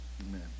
Amen